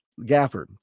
Gafford